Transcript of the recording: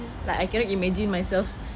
like I cannot imagine myself